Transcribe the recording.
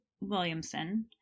Williamson